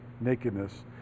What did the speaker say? Nakedness